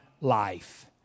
life